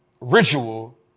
ritual